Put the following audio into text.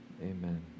Amen